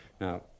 Now